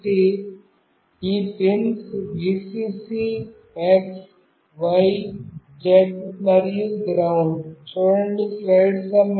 కాబట్టి ఈ pins Vcc x y z మరియు GND